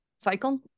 cycle